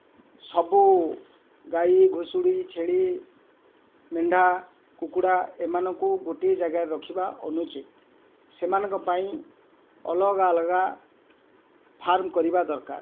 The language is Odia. ସବୁ ଗାଈ ଘୁଷୁରୀ ଛେଳି ମେଣ୍ଢା କୁକୁଡ଼ା ଏମାନଙ୍କୁ ଗୋଟିଏ ଜାଗାରେ ରଖିବା ଅନୁଚିତ୍ ସେମାନଙ୍କ ପାଇଁ ଅଲଗା ଅଲଗା ଫାର୍ମ୍ କରିବା ଦରକାର